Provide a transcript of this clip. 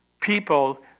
people